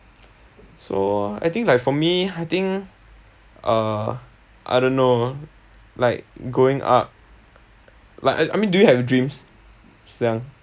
so I think like for me I think uh I don't know like growing up like I I mean do you have dreams xiang